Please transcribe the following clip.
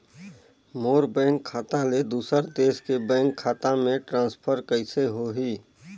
मोर bank खाता ले दुसर देश के बैंक खाता मे ट्रांसफर कइसे होही?